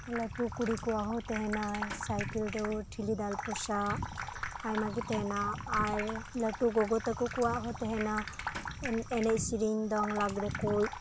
ᱞᱟᱹᱴᱩ ᱠᱩᱲᱤ ᱠᱚᱣᱟᱜ ᱦᱚᱸ ᱛᱟᱦᱮᱸᱱᱟ ᱥᱟᱭᱠᱮᱞ ᱫᱟᱹᱲ ᱴᱷᱤᱞᱤ ᱫᱟᱞ ᱯᱚᱥᱟᱜ ᱟᱭᱢᱟ ᱜᱮ ᱛᱟᱦᱮᱸᱱᱟ ᱟᱨ ᱞᱟᱹᱴᱩ ᱜᱚᱜᱚ ᱛᱟᱠᱚ ᱠᱚᱣᱟᱜ ᱦᱚᱸ ᱛᱟᱦᱮᱸᱱᱟ ᱮᱱᱮᱡ ᱥᱮᱨᱮᱧ ᱫᱚᱝ ᱞᱟᱜᱽᱲᱮ ᱠᱚ